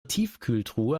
tiefkühltruhe